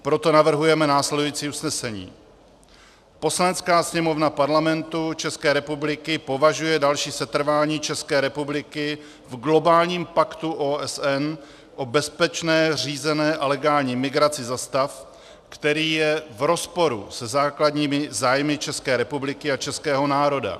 Proto navrhujeme následující usnesení: Poslanecká sněmovna Parlamentu České republiky považuje další setrvání České republiky v globálním paktu OSN o bezpečné, řízené a legální migraci za stav, který je v rozporu se základními zájmy České republiky a českého národa.